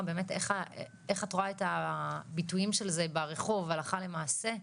איך את רואה את הביטויים של זה ברחוב הלכה למעשה,